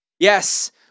Yes